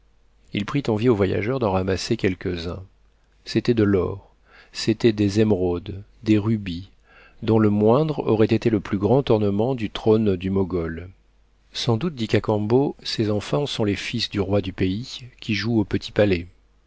il prit envie aux voyageurs d'en ramasser quelques uns c'était de l'or c'était des émeraudes des rubis dont le moindre aurait été le plus grand ornement du trône du mogol sans doute dit cacambo ces enfants sont les fils du roi du pays qui jouent au petit palet